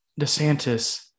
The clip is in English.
DeSantis